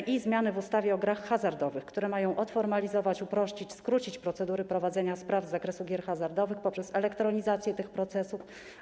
Ważne są też zmiany w ustawie o grach hazardowych, które mają odformalizować, uprościć, skrócić procedury prowadzenia spraw z zakresu gier hazardowych poprzez elektronizację tych procesów.